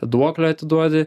duoklę atiduodi